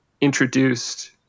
introduced